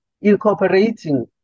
incorporating